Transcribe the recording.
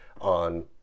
on